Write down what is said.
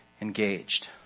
engaged